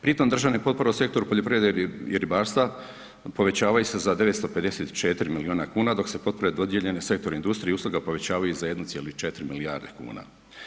Pri tom državne potpore u sektoru poljoprivrede i ribarstva povećavaju se za 954 milijuna kuna dok se potpore dodijeljene sektoru industrije i usluga povećavaju za 1,4 milijarde kuna.